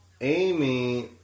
Amy